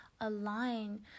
align